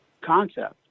concept